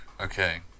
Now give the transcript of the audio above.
Okay